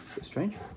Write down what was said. strange